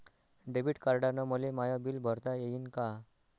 Debit कार्डानं मले माय बिल भरता येईन का?